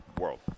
world